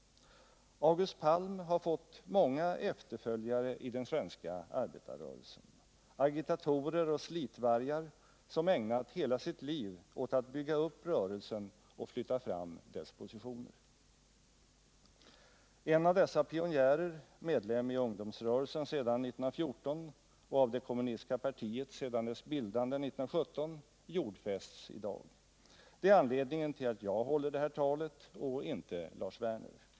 August Palm har fått många efterföljare i den svenska arbetarrörelsen, agitatorer och slitvargar som ägnat hela sitt liv åt att bygga upp rörelsen och flytta fram dess positioner. En av dessa pionjärer, medlem av ungdomsrörelsen sedan 1914 och av det kommunistiska partiet sedan dess bildande 1917, jordfästs i dag. Det är anledningen till att jag och inte Lars Werner håller det här talet.